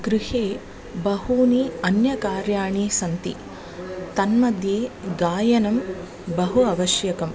गृहे बहूनि अन्यकार्याणि सन्ति तन्मध्ये गायनं बहु आवश्यकम्